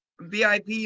VIP